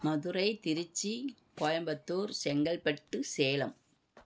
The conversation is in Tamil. மதுரை திருச்சி கோயம்பத்தூர் செங்கல்பட்டு சேலம்